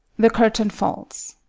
the curtain falls.